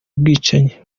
bwicanyi